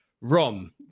Rom